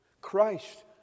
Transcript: Christ